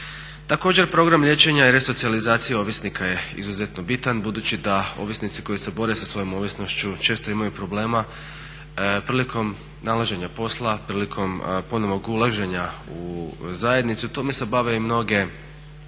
Također, program liječenja i resocijalizacije ovisnika je izuzetno bitan budući da ovisnici koji se bore sa svojom ovisnošću često imaju problema prilikom nalaženja posla, prilikom ponovnog ulaženja u zajednicu. Time se bave i mnoge